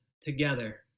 together